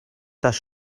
dass